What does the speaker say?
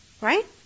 Right